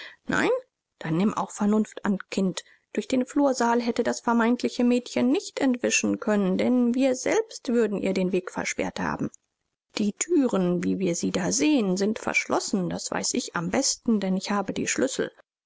nein dann nimm auch vernunft an kind durch den flursaal hätte das vermeintliche mädchen nicht entwischen können denn wir selbst würden ihr den weg versperrt haben die thüren wie wir sie da sehen sind verschlossen das weiß ich am besten denn ich habe die schlüssel